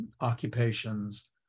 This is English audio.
occupations